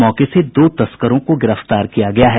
मौके से दो तस्करों को गिरफ्तार किया गया है